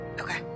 Okay